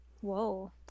Whoa